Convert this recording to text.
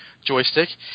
joystick